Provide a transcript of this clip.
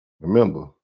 Remember